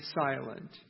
silent